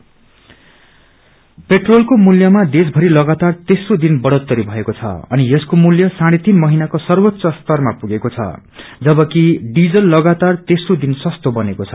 petrol price पेट्रोलको मूल्यमा देशभरि लगातार तेस्रो दिन बढ़िरहेको छ अनि यसको मूल्य साढ़े तीन महिनाको सर्वोच्च स्तरमा पुगेको छ जबकि डिजल लगातार तेम्रो दिन सस्तो बनेको छ